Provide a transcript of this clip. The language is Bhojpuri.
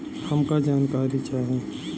हमका जानकारी चाही?